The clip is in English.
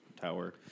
tower